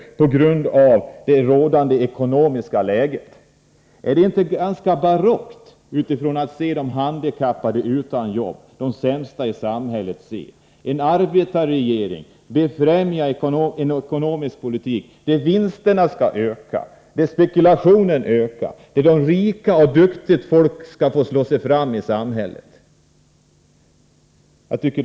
Är det inte ganska barockt att de handikappade utan jobb, de sämst ställda i samhället, skall behöva se en arbetarregering befrämja en ekonomisk politik där vinsterna skall öka — en politik som leder till att spekulationen blir mer omfattande och till att rikt och duktigt folk får slå sig fram i samhället?